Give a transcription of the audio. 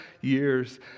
years